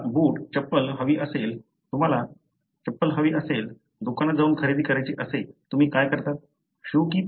तुम्हाला चप्पल हवी असेल दुकानात जाऊन खरेदी करायची असेल तुम्ही काय करता